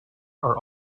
are